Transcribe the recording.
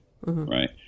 Right